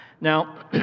Now